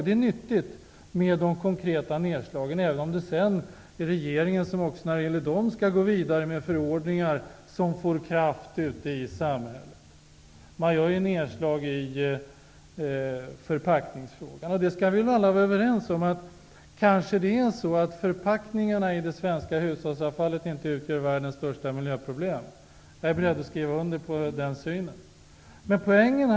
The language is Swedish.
Det är nyttigt med de konkreta nedslagen, även om det sedan är regeringen som också när det gäller dem skall gå vidare med förordningar som får kraft ute i samhället. Man gör nedslag i förpackningsfrågan. Vi borde alla vara överens om att det kanske är så att förpackningarna i det svenska hushållsavfallet inte utgör världens största miljöproblem. Jag är beredd att skriva under på den synen.